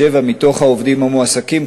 7. מהעובדים המועסקים,